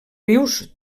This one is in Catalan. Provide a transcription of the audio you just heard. rius